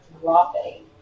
dropping